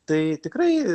tai tikrai